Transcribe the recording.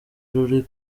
ruri